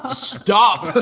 ah stop!